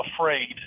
afraid